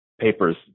papers